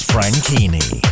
Franchini